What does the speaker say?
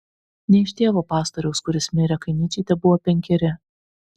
ne iš tėvo pastoriaus kuris mirė kai nyčei tebuvo penkeri